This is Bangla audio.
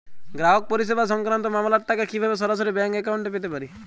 গ্রাহক পরিষেবা সংক্রান্ত মামলার টাকা কীভাবে সরাসরি ব্যাংক অ্যাকাউন্টে পেতে পারি?